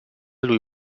lui